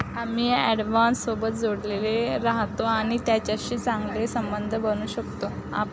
आम्ही ॲडव्हान्ससोबत जोडलेले राहतो आणि त्याच्याशी चांगले संबंध बनवू शकतो